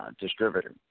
distributor